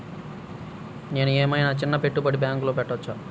నేను ఏమయినా చిన్న పెట్టుబడిని బ్యాంక్లో పెట్టచ్చా?